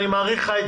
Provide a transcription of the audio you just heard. אני מאריך לך את